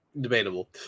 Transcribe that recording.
Debatable